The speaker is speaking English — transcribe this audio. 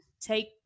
Take